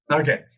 Okay